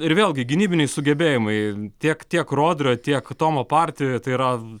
ir vėlgi gynybiniai sugebėjimai tiek tiek rodrio tiek tomo parti tai yra